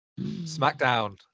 Smackdown